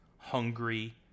Hungry